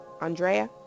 Andrea